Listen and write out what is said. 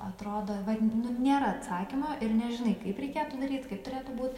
atrodo va nėra atsakymo ir nežinai kaip reikėtų daryt kaip turėtų būt